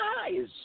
eyes